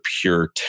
pure